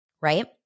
right